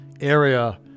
area